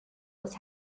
was